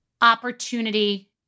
opportunity